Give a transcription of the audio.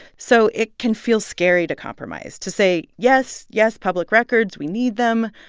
so it can feel scary to compromise, to say, yes, yes, public records we need them,